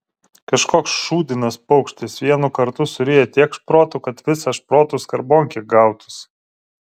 kažkoks šūdinas paukštis vienu kartu suryja tiek šprotų kad visa šprotų skarbonkė gautųsi